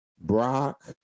Brock